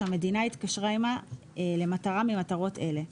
שהמדינה התקשרה עימה למטרה ממטרות אלה: